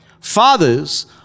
Fathers